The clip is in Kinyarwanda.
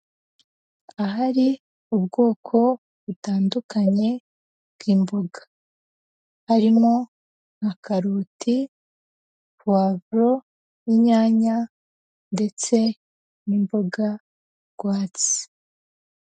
Ahari ubwoko butandukanye bw'imboga, harimo nka karoti, puwavuro, inyanya ndetse n'imboga rwatsi.